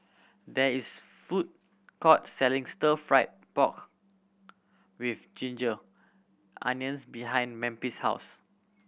there is food court selling Stir Fry pork with ginger onions behind Memphis' house